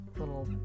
little